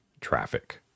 traffic